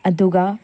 ꯑꯗꯨꯒ